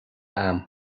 agam